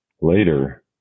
Later